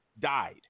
died